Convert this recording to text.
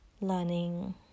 learning